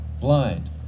blind